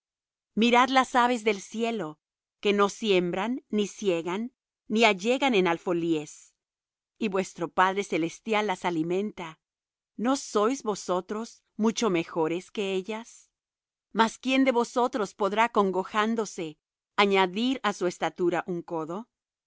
mirad las aves del cielo que no siembran ni siegan ni allegan en alfolíes y vuestro padre celestial las alimenta no sois vosotros mucho mejores que ellas mas quién de vosotros podrá congojándose añadir á su estatura un codo